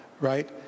right